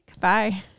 Bye